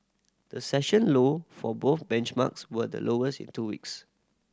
the session low for both benchmarks were the lowest in two weeks